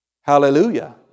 Hallelujah